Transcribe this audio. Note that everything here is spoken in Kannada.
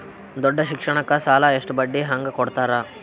ದೊಡ್ಡ ಶಿಕ್ಷಣಕ್ಕ ಸಾಲ ಎಷ್ಟ ಬಡ್ಡಿ ಹಂಗ ಕೊಡ್ತಾರ?